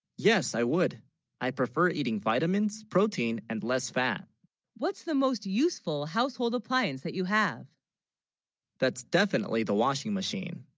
yes i would i prefer eating vitamins protein and less fat what's the most useful household appliance that you have that's definitely the washing machine?